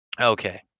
Okay